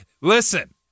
Listen